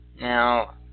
Now